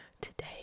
today